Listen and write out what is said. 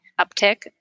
uptick